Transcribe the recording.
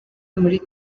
muri